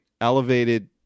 Elevated